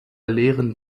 lehren